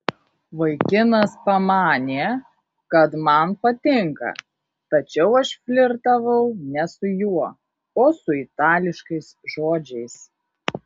vaikinas pamanė kad man patinka tačiau aš flirtavau ne su juo o su itališkais žodžiais